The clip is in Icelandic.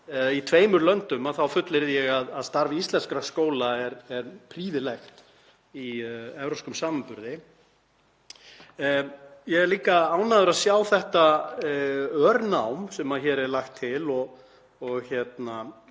í tveimur löndum þá fullyrði ég að starf íslenskra skóla er prýðilegt í evrópskum samanburði. Ég er líka ánægður að sjá þetta örnám sem hér er lagt til og